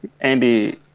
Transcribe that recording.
Andy